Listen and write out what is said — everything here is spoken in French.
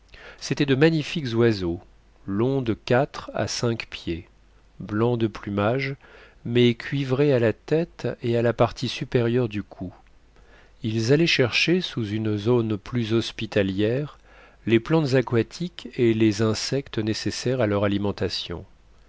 c'étaient de magnifiques oiseaux longs de quatre à cinq pieds blancs de plumage mais cuivrés à la tête et à la partie supérieure du cou ils allaient chercher sous une zone plus hospitalière les plantes aquatiques et les insectes nécessaires à leur alimentation